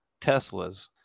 Teslas